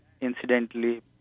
incidentally